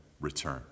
return